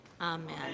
Amen